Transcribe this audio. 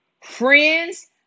Friends